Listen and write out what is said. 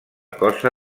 cosa